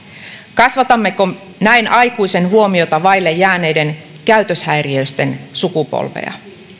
kasvatammeko näin aikuisen huomiota vaille jääneiden käytöshäiriöisten sukupolvea